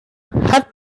had